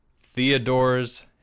Theodore's